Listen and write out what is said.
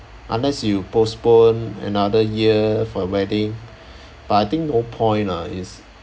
unless you postpone another year for the wedding but I think no point lah is